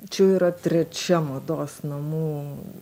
čia jau yra trečia mados namų